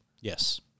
Yes